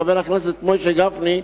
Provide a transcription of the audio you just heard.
חבר הכנסת משה גפני,